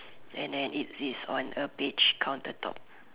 and then it is a beige counter top